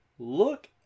Look